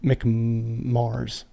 McMars